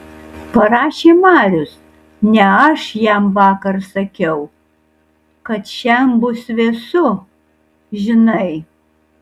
parašė marius ne aš jam vakar sakiau kad šian bus vėsu žinai